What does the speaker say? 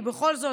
כי בכל זאת,